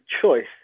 choice